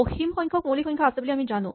অসীম সংখ্যক মৌলিক সংখ্যা আছে বুলি আমি জানো